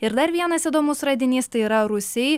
ir dar vienas įdomus radinys tai yra rūsiai